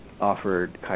offered